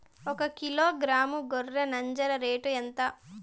ఒకకిలో గ్రాము గొర్రె నంజర రేటు ఎంత?